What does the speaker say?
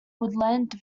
woodland